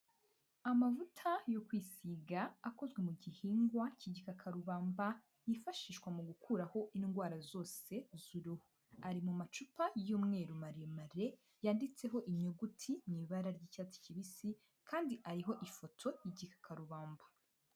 Amavuta yo kwisiga akozwe mu gihingwa cy'igikarubamba yifashishwa mu gukuraho indwara zose z'uruhu, ari mu macupa y'umweru maremare yanditseho inyuguti mu ibara ry'icyatsi kibisi kandi ariho ifoto y'igikakarubamba.